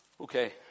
Okay